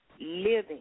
living